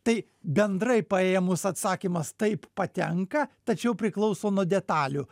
tai bendrai paėmus atsakymas taip patenka tačiau priklauso nuo detalių